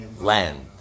land